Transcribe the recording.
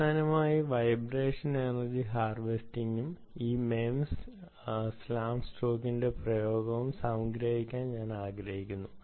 അവസാനമായി vibration energy ഹാർവെസ്റ്റിംഗും ഈ മെംസ് സ്ലാം സ്റ്റോക്കിന്റെ പ്രയോഗവും സംഗ്രഹിക്കാൻ ഞാൻ ആഗ്രഹിക്കുന്നു